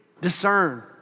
discern